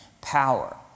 power